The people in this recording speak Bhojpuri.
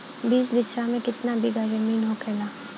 बीस बिस्सा में कितना बिघा जमीन होखेला?